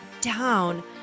down